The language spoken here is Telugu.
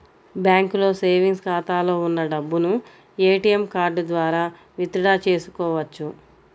బ్యాంకులో సేవెంగ్స్ ఖాతాలో ఉన్న డబ్బును ఏటీఎం కార్డు ద్వారా విత్ డ్రా చేసుకోవచ్చు